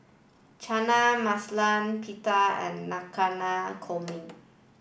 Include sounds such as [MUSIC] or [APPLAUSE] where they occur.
Chana Masala Pita and [UNINTELLIGIBLE] Korma